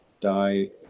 die